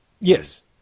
yes